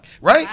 Right